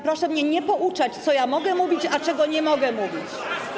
Proszę mnie nie pouczać, co mogę mówić, a czego nie mogę mówić.